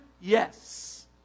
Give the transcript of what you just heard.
yes